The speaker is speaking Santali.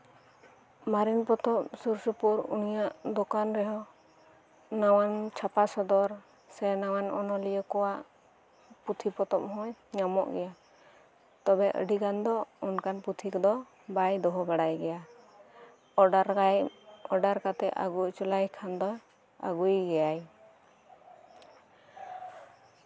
ᱢᱟᱨᱮᱱ ᱯᱚᱛᱚᱵ ᱥᱳᱨ ᱥᱳᱯᱳᱨ ᱩᱱᱤᱭᱟᱜ ᱫᱚᱠᱟᱱ ᱨᱮᱦᱚᱸ ᱱᱟᱣᱟᱱ ᱪᱷᱟᱯᱟ ᱥᱚᱫᱚᱨ ᱥᱮ ᱱᱟᱣᱟᱱ ᱚᱱᱚᱞᱤᱭᱟᱹ ᱠᱚᱣᱟᱜ ᱯᱩᱛᱷᱤ ᱯᱚᱛᱚᱵ ᱦᱚᱸᱧᱟᱢᱚᱜ ᱜᱮᱭᱟ ᱛᱚᱵᱮ ᱟᱹᱰᱤ ᱜᱟᱱ ᱫᱚ ᱚᱱᱠᱟᱱ ᱯᱩᱛᱷᱤ ᱠᱚᱫᱚ ᱵᱟᱭ ᱫᱚᱦᱚ ᱵᱟᱲᱟᱭ ᱜᱮᱭᱟ ᱚᱰᱟᱨ ᱚᱰᱟᱨ ᱠᱟᱛᱮᱫ ᱟᱹᱜᱩ ᱦᱚᱪᱚ ᱞᱮᱠᱷᱟᱱ ᱫᱚᱭ ᱟᱹᱜᱩᱭ ᱜᱮᱭᱟ